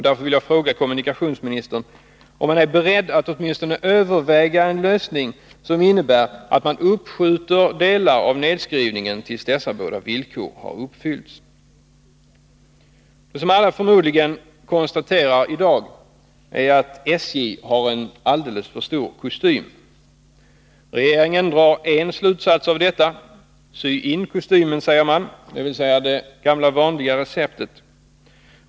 Därför vill jag fråga: Är kommunikationsministern beredd att åtminstone överväga en lösning som innebär att man uppskjuter delar av nedskrivningen tills dessa båda villkor har uppfyllts? Det som förmodligen alla konstaterar i dag är att SJ har en alldeles för stor kostym. Regeringen drar en slutsats av detta. Sy in kostymen, säger man — dvs. det gamla vanliga receptet.